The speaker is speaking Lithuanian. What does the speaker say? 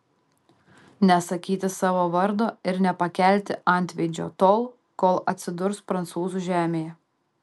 nesakyti savo vardo ir nepakelti antveidžio tol kol atsidurs prancūzų žemėje